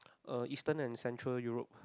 uh eastern and central Europe